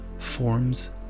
forms